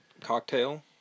Cocktail